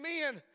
men